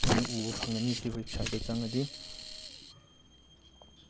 ꯅꯪꯅ ꯎꯕ ꯐꯪꯉꯥꯅꯤ ꯁꯤ ꯋꯦꯕ ꯁꯥꯏꯗꯇ ꯆꯪꯉꯗꯤ